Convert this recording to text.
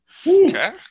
Okay